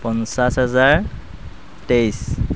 পঞ্চাছ হেজাৰ তেইচ